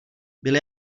byly